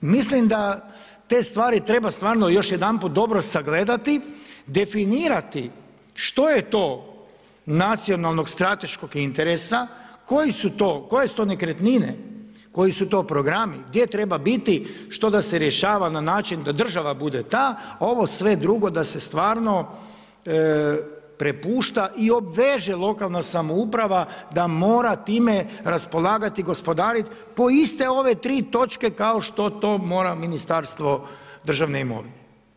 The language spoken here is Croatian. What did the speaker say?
Mislim da te stari treba stvarno još jedanput dobro sagledati, definirati što je to nacionalnog strateškog interesa, koje su to nekretnine, koji su to programi, gdje treba biti, što da se rješava na način da država bude ta, a ovo sve drugo da se stvarno prepušta i obveže lokalna samouprava da mora time raspolagati, gospodariti po iste ove tri točke kao što to mora Ministarstvo državne imovine.